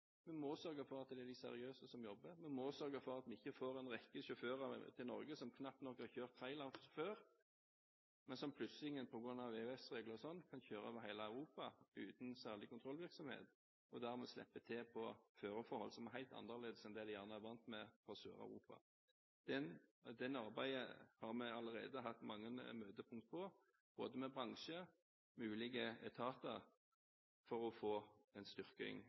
Vi må sørge for at det er de seriøse som jobber. Vi må sørge for at vi ikke får en rekke sjåfører til Norge som knapt nok har kjørt trailer før, men som plutselig, på grunn av EØS-regler og slikt, kan kjøre over hele Europa uten særlig kontrollvirksomhet og dermed slippe til på føreforhold som er helt annerledes enn det de gjerne er vant med fra Sør-Europa. Det arbeidet har vi allerede hatt mange møtepunkter på, med både bransjen og ulike etater, for å få en styrking